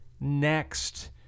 next